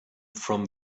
from